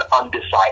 undecided